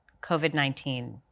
COVID-19